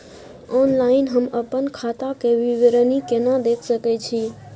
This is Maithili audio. ऑनलाइन हम अपन खाता के विवरणी केना देख सकै छी?